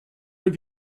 have